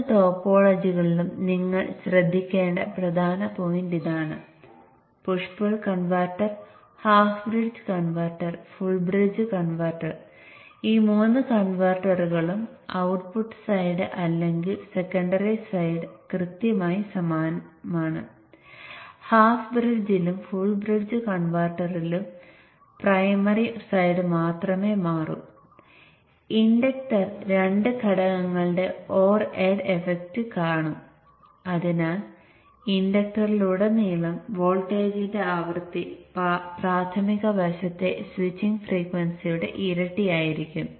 ഇപ്പോൾ നമ്മൾ ചെയ്യുന്നത് Q1 Q4 എന്നിവയ്ക്ക് ഒരേ ഗേറ്റ് സിഗ്നൽ നൽകും അതായത് Q1 ഉം Q4 ഉം ഒരേസമയം ഓൺ ചെയ്യുന്നു Q3 Q2 എന്നിവ ഒരേസമയം ഓണാക്കുന്നു